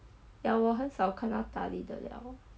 ya 我很少看到大粒的了